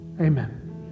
Amen